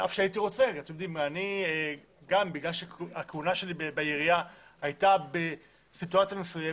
על אף שהייתי רוצה הכהונה שלי בעירייה היתה בסיטואציה מסוימת,